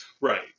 Right